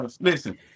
listen